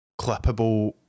clippable